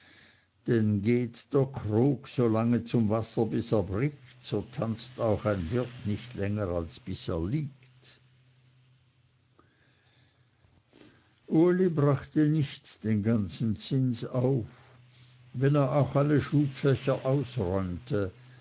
denn geht der krug so lange zum wasser bis er bricht so tanzt auch ein wirt nicht länger als bis er liegt uli brachte nicht den ganzen zins auf wenn er auch alle schubfächer ausräumte